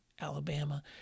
Alabama